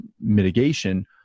mitigation